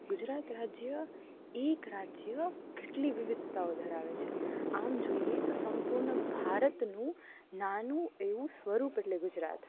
ગુજરાત રાજ્ય એક રાજ્ય કેટલી વિવિધતાઓ ધરાવે છે આમ જોઈએ તો સંપૂર્ણ ભારતનું નાનું એવું સ્વરૂપ એટલે ગુજરાત